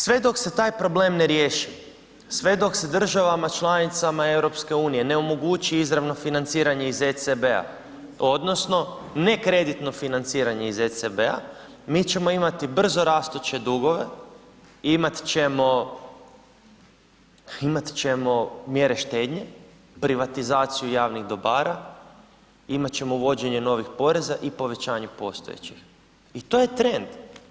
Sve dok se taj problem ne riješi, sve dok se državama članicama EU ne omogući izravno financiranje iz ECB-a, odnosno nekreditno financiranje iz ECB-a, mi ćemo imati brzorastuće dugove, imat ćemo, imat ćemo mjere štednje, privatizaciju javnih dobara, imat ćemo uvođenje novih poreza i povećanje postojećih i to je trend.